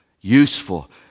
useful